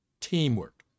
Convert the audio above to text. teamwork